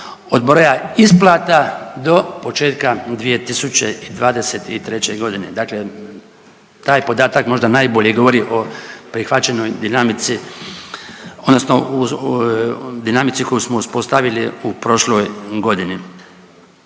od broja isplata do početka 2023.g., dakle taj podatak možda najbolje govori o prihvaćenoj dinamici odnosno dinamici koju smo uspostavili u prošloj godini.